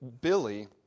Billy